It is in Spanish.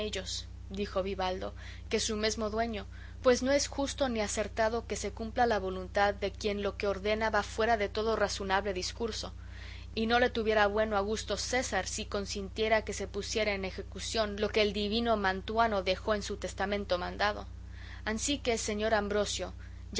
dijo vivaldo que su mesmo dueño pues no es justo ni acertado que se cumpla la voluntad de quien lo que ordena va fuera de todo razonable discurso y no le tuviera bueno augusto césar si consintiera que se pusiera en ejecución lo que el divino mantuano dejó en su testamento mandado ansí que señor ambrosio